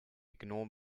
gnom